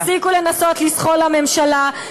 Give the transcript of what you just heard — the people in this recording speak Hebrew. תפסיקו לנסות לזחול לממשלה.